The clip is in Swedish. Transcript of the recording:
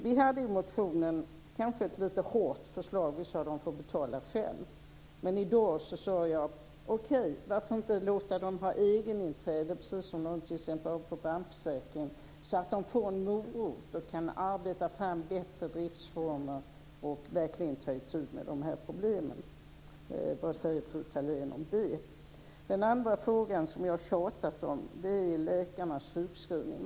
Vi hade i motionen ett lite hårdhjärtat förslag. Vi sade att de får betala själva. Men i dag sade jag: Okej, varför kan man inte låta dem ha egeninträde så att de får en morot och kan arbeta fram bättre driftsformer och verkligen ta itu med problemen. Vad säger fru Thalén om det? Den andra frågan, som jag har tjatat om, gäller läkarnas sjukskrivningar.